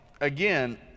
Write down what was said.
again